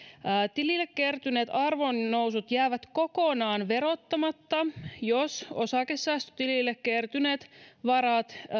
tilille kertyneet arvonnousut jäävät kokonaan verottamatta jos osakesäästötilille kertyneet varat